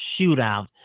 shootout